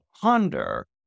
ponder